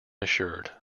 assured